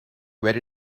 ready